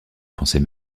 pensée